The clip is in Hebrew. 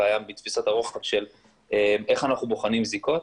בעיה בתפיסת הרוחב של איך אנחנו בוחנים זיקות.